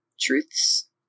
truths